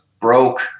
broke